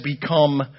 become